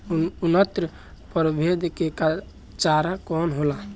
उन्नत प्रभेद के चारा कौन होला?